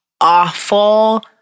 awful